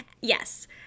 yes